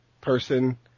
person